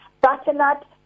butternut